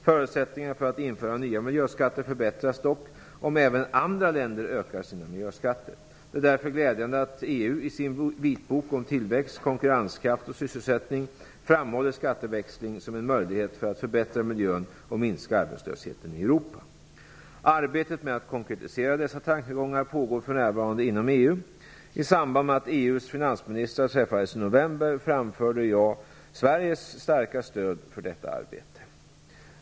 Förutsättningarna för att införa nya miljöskatter förbättras dock om även andra länder ökar sina miljöskatter. Det är därför glädjande att EU i sin vitbok om tillväxt, konkurrenskraft och sysselsättning framhåller skatteväxling som en möjlighet för att förbättra miljön och minska arbetslösheten i Europa. Arbetet med att konkretisera dessa tankegångar pågår för närvarande inom EU. I samband med att EU:s finansministrar träffades i november framförde jag Sveriges starka stöd för detta arbete.